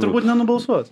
turbūt nenubalsuos